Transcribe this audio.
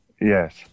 Yes